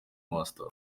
master